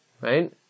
Right